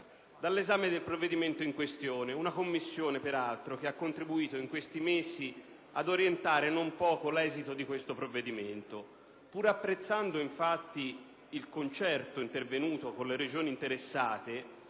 dall'esame del provvedimento in questione. Una Commissione, peraltro, che ha contributo in questi mesi ad orientare non poco l'esito di questo provvedimento. Pur apprezzando, infatti, il concerto intervenuto con le Regioni interessate